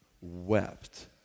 wept